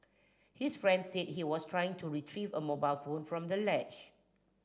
his friend said he was trying to retrieve a mobile phone from the ledge